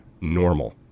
normal